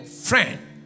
friend